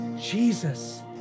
Jesus